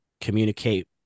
communicate